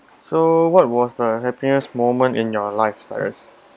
so what was the happiest moment in your life cyrus